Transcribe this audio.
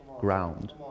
ground